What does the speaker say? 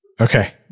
Okay